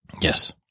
Yes